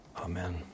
Amen